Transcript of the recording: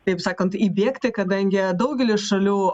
taip sakant įbėgti kadangi daugelis šalių